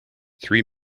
three